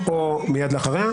או מיד לאחריה.